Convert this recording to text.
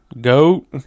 Goat